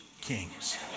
Kings